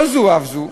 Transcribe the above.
לא זו אף זו,